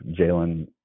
Jalen